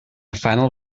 final